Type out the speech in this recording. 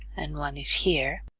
and one is here,